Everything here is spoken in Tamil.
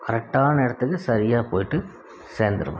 கரெக்ட்டான இடத்துக்கு சரியாக போயிட்டு சேர்ந்துருவேன்